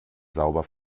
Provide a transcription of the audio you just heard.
sauber